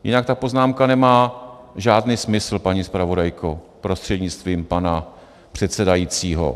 Jinak ta poznámka nemá žádný smysl, paní zpravodajko prostřednictvím pana předsedajícího.